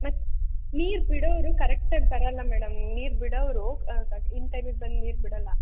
ಮತ್ತು ನೀರು ಬಿಡೋವ್ರು ಕರೆಕ್ಟಾಗಿ ಬರೋಲ್ಲ ಮೇಡಮ್ ನೀರು ಬಿಡೋವ್ರು ಇನ್ ಟೈಮಿಗೆ ಬಂದು ನೀರು ಬಿಡೋಲ್ಲ